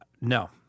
No